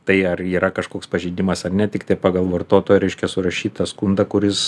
tai ar yra kažkoks pažeidimas ar ne tiktai pagal vartotojo reiškia surašytą skundą kuris